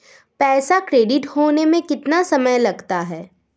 पैसा क्रेडिट होने में कितना समय लगता है?